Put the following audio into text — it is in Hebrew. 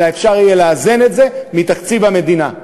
אלא אפשר יהיה לאזן את זה מתקציב המדינה.